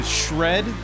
shred